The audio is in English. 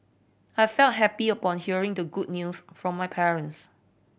I felt happy upon hearing the good news from my parents